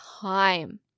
time